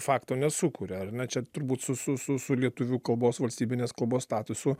fakto nesukuria ar ne čia turbūt su su su lietuvių kalbos valstybinės kalbos statusu